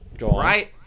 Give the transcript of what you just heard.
Right